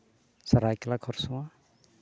ᱥᱚᱨᱟᱭ ᱠᱮᱞᱞᱟ ᱠᱷᱚᱨᱥᱚᱶᱟ